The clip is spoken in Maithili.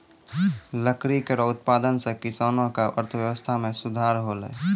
लकड़ी केरो उत्पादन सें किसानो क अर्थव्यवस्था में सुधार हौलय